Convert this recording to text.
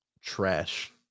trash